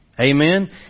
Amen